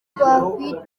twakwiteza